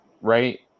right